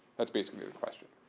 that's basically the question.